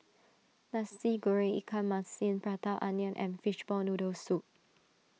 Nasi Goreng Ikan Masin Prata Onion and Fishball Noodle Soup